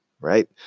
right